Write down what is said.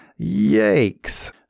Yikes